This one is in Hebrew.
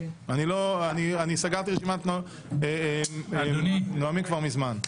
אני סגרתי את רשימת נואמים כבר מזמן.